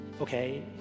okay